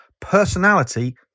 Personality